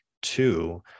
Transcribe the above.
Two